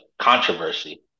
controversy